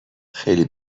خیلی